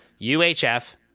UHF